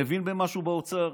שמבין במשהו באוצר.